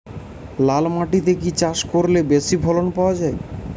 লাল মাটিতে কি কি চাষ করলে বেশি ফলন পাওয়া যায়?